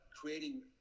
creating